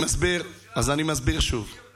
הוא אומר: מעבר לחוקים, צריך תוכנית חירום כרגע.